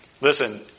Listen